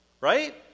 Right